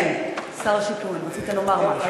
כן, שר השיכון, רצית לומר משהו.